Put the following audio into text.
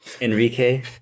Enrique